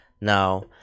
now